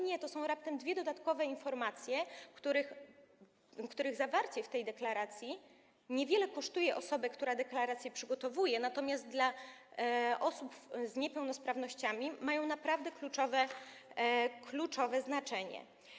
Nie, to są raptem dwie dodatkowe informacje, których zawarcie w tej deklaracji niewiele kosztuje osobę, która deklarację przygotowuje, natomiast dla osób z niepełnosprawnościami mają one naprawdę kluczowe znaczenie.